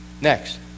Next